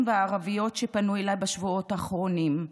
והערביות שפנו אליי בשבועות האחרונים.